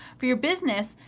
for your business,